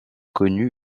connu